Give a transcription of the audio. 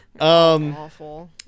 Awful